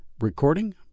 Recording